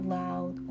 loud